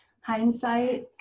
hindsight